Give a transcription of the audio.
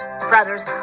brothers